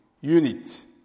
unit